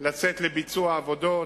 לצאת לביצוע עבודות.